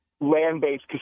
land-based